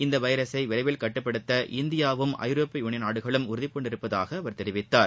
இந்த வைரஸை விரைவில் கட்டுப்படுத்த இந்தியாவும் ஐரோப்பிய நாடுகளும் உறுதிபூண்டுள்ளதாக அவர் தெரிவித்தார்